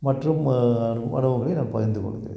மற்றும் அனுபவங்களை நான் பகிர்ந்து கொள்கிறேன்